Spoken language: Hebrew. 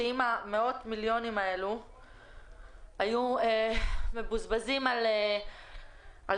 אם מאות מיליוני השקלים האלה היו מבוזבזים על תקנים